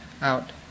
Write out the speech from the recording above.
out